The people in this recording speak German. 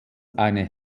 eine